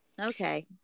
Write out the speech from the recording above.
Okay